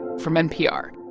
from npr.